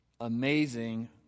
amazing